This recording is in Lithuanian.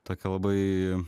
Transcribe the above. tokia labai